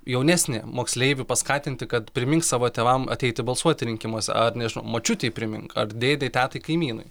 jaunesnį moksleivį paskatinti kad primink savo tėvam ateiti balsuoti rinkimuose ar nežinau močiutei primink ar dėdei tetai kaimynui